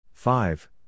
Five